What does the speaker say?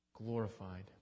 glorified